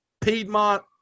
Piedmont